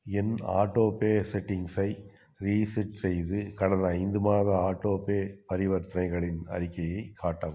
என் autopay செட்டிங்ஸை reset செய்து கடந்த ஐந்து மாத ஆட்டோபே பரிவர்த்தனைகளின் அறிக்கையை காட்டவும்